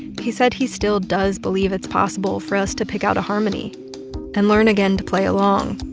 he said he still does believe it's possible for us to pick out a harmony and learn again to play along.